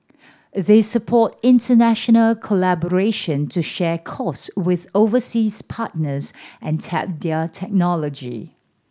they support international collaboration to share costs with overseas partners and tap their technology